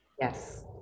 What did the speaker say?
Yes